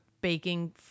baking